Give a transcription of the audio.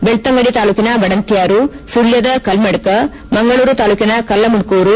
ಬೆಕ್ತಂಗಡಿ ತಾಲೂಕಿನ ಮಡಂತ್ನಾರು ಸುಳ್ಳದ ಕಲ್ಲಡ್ನ ಮಂಗಳೂರು ತಾಲೂಕಿನ ಕಲ್ಲಮುಂಡೂರು